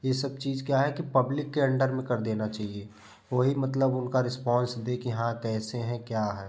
ये सब चीज क्या है कि पब्लिक के अंडर में कर देना चाहिए वही मतलब उनका रिस्पॉन्स देके यहाँ तो ऐसे हैं क्या हैं